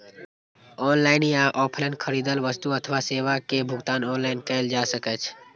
online या offline खरीदल वस्तु अथवा सेवा के भुगतान ऑनलाइन कैल जा सकैछ